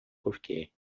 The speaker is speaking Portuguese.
porque